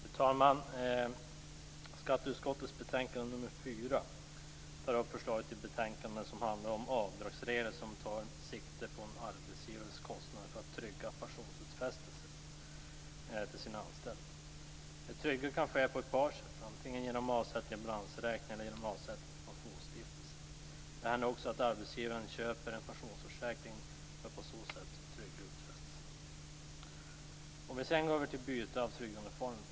Fru talman! Skatteutskottets betänkande nr 4 tar upp förslaget om avdragsregler som tar sikte på en arbetsgivares kostnader för att trygga pensionsutfästelser till sina anställda. Ett tryggande kan ske på olika sätt. Det kan ske antingen genom avsättning i balansräkningen eller genom avsättning till pensionsstiftelse. Det händer också att arbetsgivaren köper en pensionsförsäkring för att på sätt trygga utfästelsen. Fru talman! Vi går sedan över till byte av tryggandeform.